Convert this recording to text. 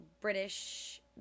british